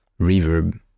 reverb